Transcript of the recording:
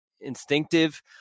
instinctive